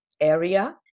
area